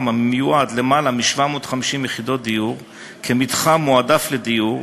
המיועד ללמעלה מ-750 יחידות דיור כמתחם מועדף לדיור,